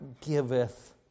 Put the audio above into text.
giveth